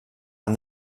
and